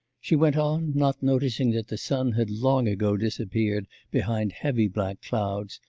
she went on, not noticing that the sun had long ago disappeared behind heavy black clouds,